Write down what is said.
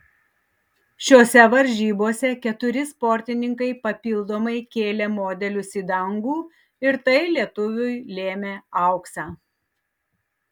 šiose varžybose keturi sportininkai papildomai kėlė modelius į dangų ir tai lietuviui lėmė auksą